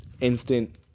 instant